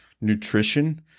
nutrition